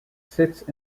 sits